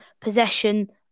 possession